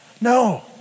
No